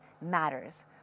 matters